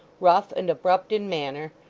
rough and abrupt in manner,